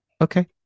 Okay